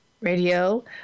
Radio